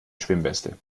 schwimmweste